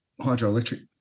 hydroelectric